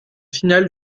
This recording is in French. final